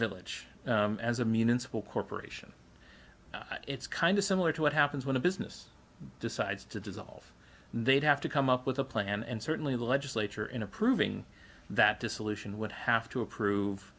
village as a municipal corporation it's kind of similar to what happens when a business decides to dissolve they'd have to come up with a plan and certainly the legislature in approving that dissolution would have to approve